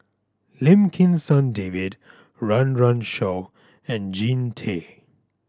Lim Kim San David Run Run Shaw and Jean Tay